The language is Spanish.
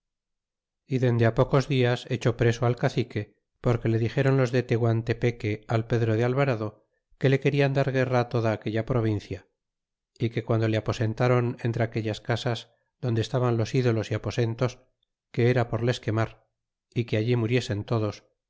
y dende a pocos dias echó preso al cacique porque le dixéron los de teguantepeque al pedro de alvarado que le querian dar guerra toda aquella provincia é que guando le aposentaron entre aquellas casas donde estaban los ídolos y aposentos que era por les quemar e que allí muriesen todos